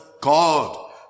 God